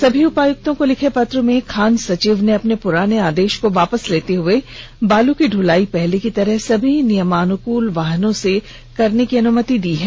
सभी उपायुक्तों को लिखे पत्र में खान सचिव ने अपने पुराने आदेश को वापस लेते हुए बालू की ढुलाई पहले की तरह सभी नियमानुकूल वाहनों से करने की अनुमति दी है